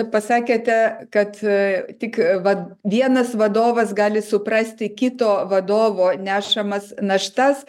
pasakėte kad tik va vienas vadovas gali suprasti kito vadovo nešamas naštas